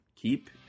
keep